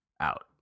out